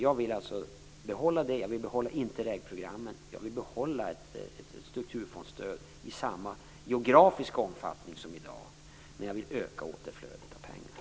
Jag vill alltså behålla Interregprogrammen, jag vill behålla ett strukturfondsstöd i samma geografiska omfattning som i dag. Men jag vill öka återflödet av pengar.